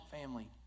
family